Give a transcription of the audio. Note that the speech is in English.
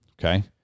Okay